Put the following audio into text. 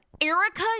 Erica